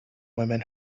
women